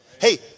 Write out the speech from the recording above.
Hey